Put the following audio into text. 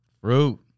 Fruit